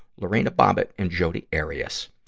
lorena bobbitt, and jodi arias.